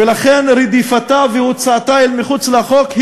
ולכן רדיפתה והוצאתה אל מחוץ לחוק היא